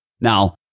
Now